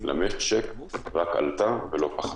רק עלתה ולא פחתה.